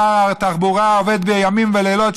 שר התחבורה עובד ימים ולילות,